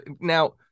Now